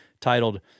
titled